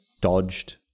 dodged